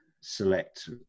select